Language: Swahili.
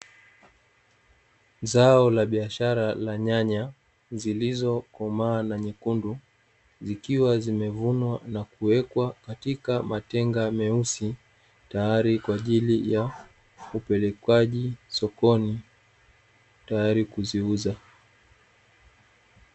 Zao la biashara la nyanya zilizokomaa na nyekundu, zikiwa zimevunwa na kuwekwa katika matenga meusi. Tayari kwa ajili ya upelekwaji sokoni; tayari kuziuza.